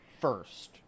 first